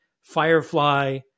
Firefly